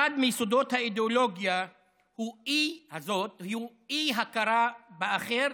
אחד מיסודות האידיאולוגיה הזאת הוא אי-הכרה באחר